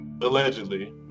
allegedly